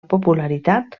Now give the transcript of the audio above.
popularitat